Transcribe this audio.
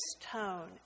tone